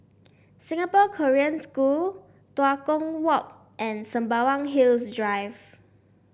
Singapore Korean School Tua Kong Walk and Sembawang Hills Drive